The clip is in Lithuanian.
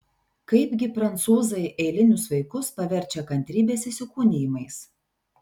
kaipgi prancūzai eilinius vaikus paverčia kantrybės įsikūnijimais